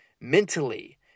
mentally